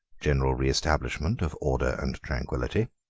general reestablishment of order and tranquillity